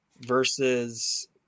versus